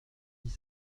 dix